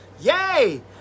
Yay